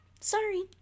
Sorry